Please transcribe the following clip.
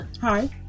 Hi